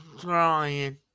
trying